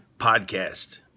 podcast